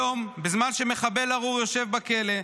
היום, בזמן שמחבל ארור יושב בכלא,